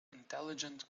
intelligent